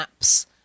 apps